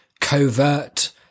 covert